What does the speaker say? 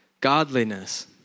godliness